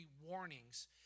warnings